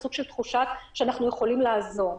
וסוג של תחושה שאנחנו יכולים לעזור.